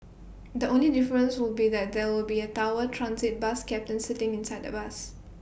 the only difference will be that there will be A tower transit bus captain sitting inside the bus